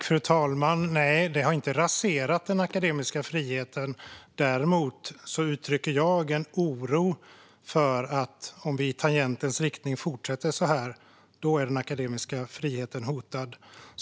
Fru talman! Nej, det har inte raserat den akademiska friheten. Däremot uttrycker jag en oro över att om man fortsätter i tangentens riktning är den akademiska friheten hotad.